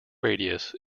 radius